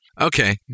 Okay